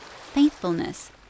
faithfulness